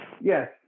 yes